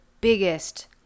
biggest